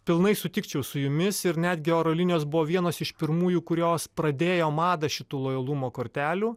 pilnai sutikčiau su jumis ir netgi oro linijos buvo vienos iš pirmųjų kurios pradėjo madą šitų lojalumo kortelių